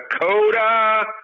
Dakota